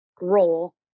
role